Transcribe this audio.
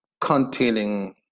containing